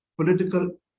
political